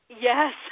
Yes